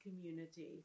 community